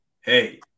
hey